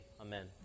amen